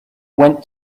went